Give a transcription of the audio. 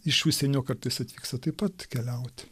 iš užsienio kartais atvyksta taip pat keliauti